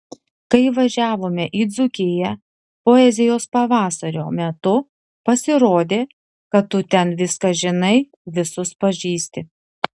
kai važiavome į dzūkiją poezijos pavasario metu pasirodė kad tu ten viską žinai visus pažįsti